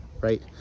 right